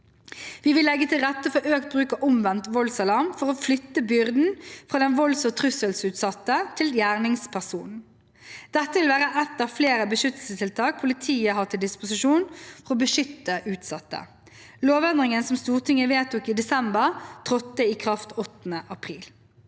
Vi vil legge til rette for økt bruk av omvendt voldsalarm for å flytte byrden fra den volds- og trusselut satte til gjerningspersonen. Dette vil være ett av flere beskyttelsestiltak politiet har til disposisjon for å beskytte utsatte. Lovendringene som Stortinget vedtok i desember, trådte i kraft 8. april.